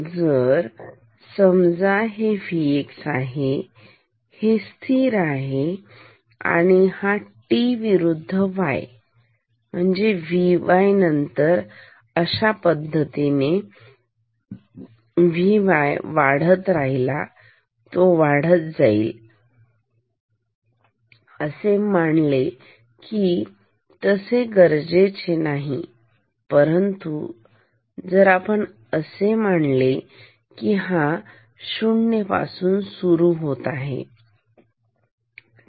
जर समजा हे Vx आहे हे स्थिर आहे आणि हा t विरुद्ध yVy नंतर अशा पद्धतीने Vy वाढत राहिल हा वाढत जाईल आणि असे मानले की तसे गरजेचे नाही परंतु जर आपण असे मानले की हा शून्य पासून सुरू होत आहेठीक